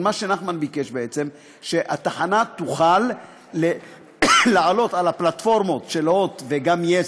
מה שנחמן ביקש בעצם הוא שהתחנה תוכל לעלות על הפלטפורמות של הוט וגם יס,